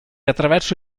attraverso